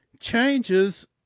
changes